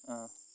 অ